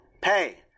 pay